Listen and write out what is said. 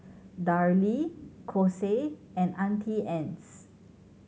Darlie Kose and Auntie Anne's